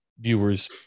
viewers